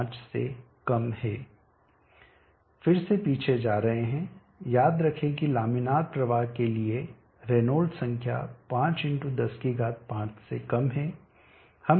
फिर से पीछे जा रहे हैं याद रखें कि लामिनार प्रवाह के लिए रेनॉल्ड्स संख्या 5×105 से कम है